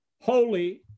holy